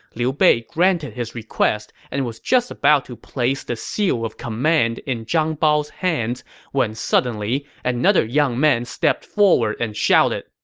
liu bei granted his request and was just about to place the seal of command in zhang bao's hands when suddenly another young man stepped forward and shouted,